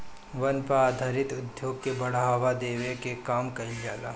वन पे आधारित उद्योग के बढ़ावा देवे के काम कईल जाला